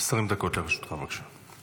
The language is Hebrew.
דקות לרשותך, בבקשה.